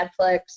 netflix